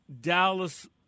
Dallas